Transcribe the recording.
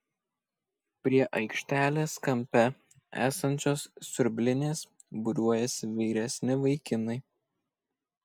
prie aikštelės kampe esančios siurblinės būriuojasi vyresni vaikinai